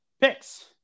picks